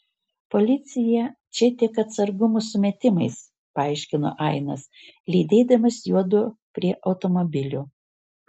policija čia tik atsargumo sumetimais paaiškino ainas lydėdamas juodu prie automobilio